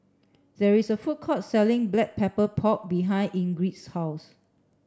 there is a food court selling black pepper pork behind Ingrid's house